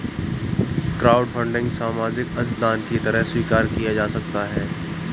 crowdfunding सामाजिक अंशदान की तरह स्वीकार किया जा सकता है